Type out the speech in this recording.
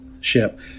ship